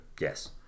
Yes